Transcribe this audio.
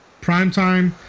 Primetime